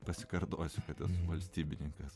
pasikartosiu kad esu valstybininkas